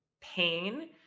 pain